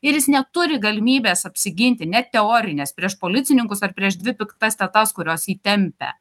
ir jis neturi galimybės apsiginti net teorinės prieš policininkus ar prieš dvi piktas tetas kurios jį tempia